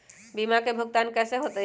बीमा के भुगतान कैसे होतइ?